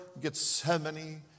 Gethsemane